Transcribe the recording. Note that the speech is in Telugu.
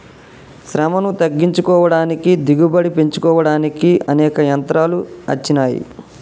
శ్రమను తగ్గించుకోడానికి దిగుబడి పెంచుకోడానికి అనేక యంత్రాలు అచ్చినాయి